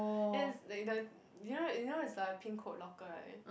it's like the you know you know it's the pink code locker right